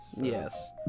Yes